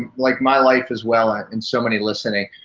um like my life as well ah and so many listening.